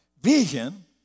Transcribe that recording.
Vision